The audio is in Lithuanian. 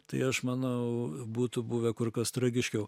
tai aš manau būtų buvę kur kas tragiškiau